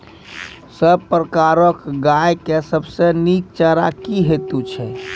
सब प्रकारक गाय के सबसे नीक चारा की हेतु छै?